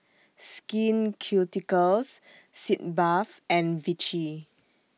Skin Ceuticals Sitz Bath and Vichy